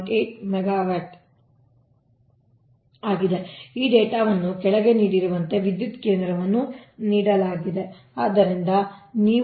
8 megawatt ಆಗಿದೆ ಈ ಡೇಟಾವನ್ನು ಕೆಳಗೆ ನೀಡಿರುವಂತೆ ವಿದ್ಯುತ್ ಕೇಂದ್ರವನ್ನು ನೀಡಲಾಗಿದೆ ಅಂದರೆ 24 ಗಂಟೆಗಳ ಡೇಟಾವನ್ನು ಲೋಡ್ ಮಾಡುವ ವ್ಯತ್ಯಾಸಗಳನ್ನು ನಿಮಗೆ ಸರಿಯಾಗಿ ನೀಡಲಾಗುತ್ತದೆ